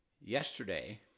yesterday